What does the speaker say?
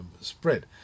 spread